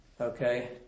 Okay